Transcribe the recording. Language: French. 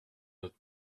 notre